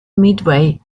midway